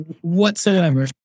whatsoever